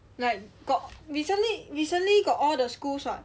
like got recently recently got all the schools [what]